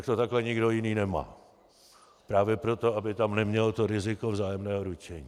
Jinak to takhle nikdo jiný nemá právě proto, aby tam neměl to riziko vzájemného ručení.